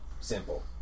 Simple